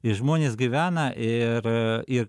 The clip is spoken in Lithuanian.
ir žmonės gyvena ir ir